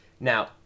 Now